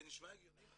זה נשמע הגיוני?